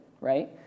right